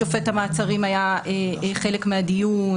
שופט המעצרים היה חלק מהדיון,